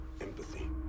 empathy